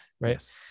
Right